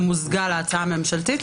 שמוזגה להצעה הממשלתית.